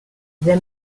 they